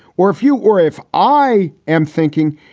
or a few. or if i am thinking,